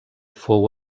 fou